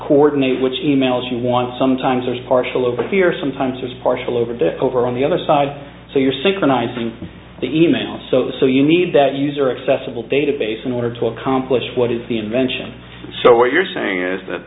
coordinate which e mails you want sometimes there's partial over here sometimes there's partial over the over on the other side so you're synchronizing the email so so you need that user accessible database in order to accomplish what is the invention so what you're saying is that